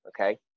Okay